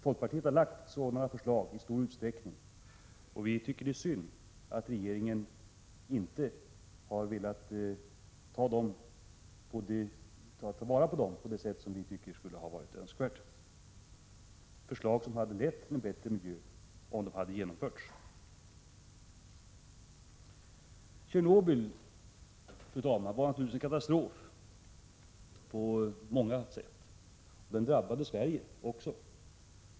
Folkpartiet har lagt fram sådana förslag i stor utsträckning, och vi tycker att det är synd att regeringen inte har velat ta vara på dem i den utsträckning som varit önskvärt. Det är förslag som skulle ha lett till en bättre miljö om de hade genomförts. Tjernobyl var naturligtvis en katastrof på många sätt, och den drabbade Sverige också.